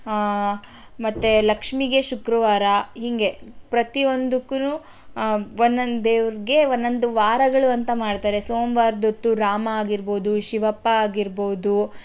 ಮತ್ತೆ ಲಕ್ಷ್ಮಿಗೆ ಶುಕ್ರವಾರ ಹೀಗೆ ಪ್ರತಿವೊಂದುಕ್ಕು ಒಂದೊಂದು ದೇವ್ರಿಗೆ ಒಂದೊಂದು ವಾರಗಳು ಅಂತ ಮಾಡ್ತಾರೆ ಸೋಮವಾರ ಹೊತ್ತು ರಾಮ ಆಗಿರ್ಬೋದು ಶಿವಪ್ಪ ಆಗಿರ್ಬೋದು